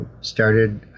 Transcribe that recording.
started